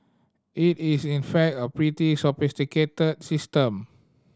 it is in fact a pretty sophisticated system